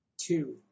two